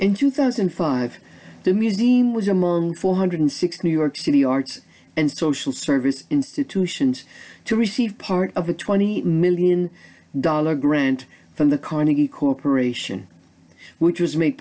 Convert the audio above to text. in two thousand and five the museum was among four hundred six new york city arts and social service institutions to receive part of a twenty million dollar grant from the carnegie corporation which was ma